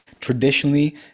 traditionally